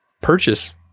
purchase